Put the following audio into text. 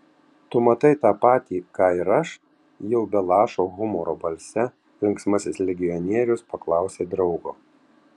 tu matai tą patį ką ir aš jau be lašo humoro balse linksmasis legionierius paklausė draugo